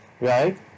right